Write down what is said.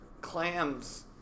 clams